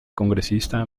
congresista